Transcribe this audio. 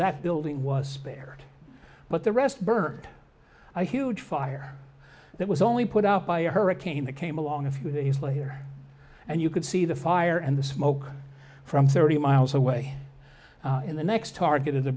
that building was spared but the rest bird i huge fire that was only put out by a hurricane that came along a few days later and you could see the fire and the smoke from thirty miles away in the next target of the